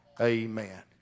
Amen